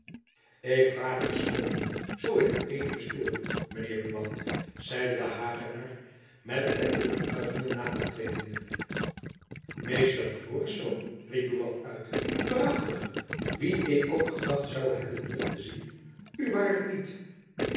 ik vraag verschooning zoo ik ued stoor mijn jacob van lennep elizabeth musch heer buat zeide de hagenaar met ettelijke buigingen nadertredende meester florisz riep buat uit waarachtig wien ik ook gedacht zoû hebben hier te zien u waarlijk niet